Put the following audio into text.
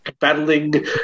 battling